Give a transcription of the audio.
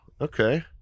Okay